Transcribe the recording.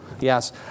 Yes